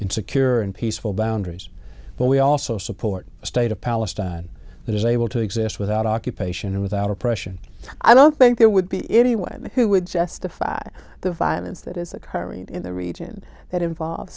in secure and peaceful boundaries but we also support a state of palestine that is able to exist without occupation and without oppression i don't think there would be anyone who would justify the violence that is occurring in the region that involve